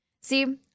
See